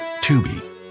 Tubi